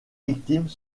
victimes